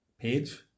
page